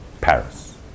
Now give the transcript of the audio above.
Paris